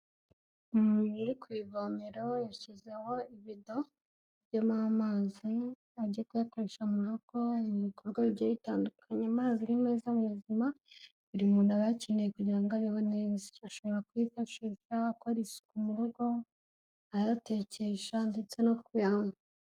Umuntu uri ku ivomera, yashyizeho ivido ijyamo amazi, agiye kuyakoresha mu rugo, mu bikorwa bigiye bitandukanye. Amazi ni meza mu buzima, buri muntu aba ayakeneye kugira ngo abeho neza. Ashobora kuyifashisha akora isuku mu rugo, ayatekesha ndetse no kuyanywa.